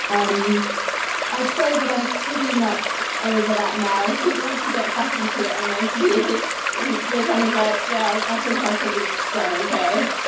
um i'd say that i'm pretty much over that now. i think once you get faculty at mit you're kind of like, yeah, i think i've probably done okay.